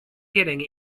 getting